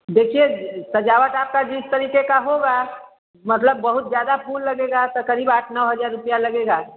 देखिए सजावट आपका जिस तरीके का होगा मतलब बहुत ज्यादा फूल लगेगा तो करीब आठ नौ हज़ार रुपया लगेगा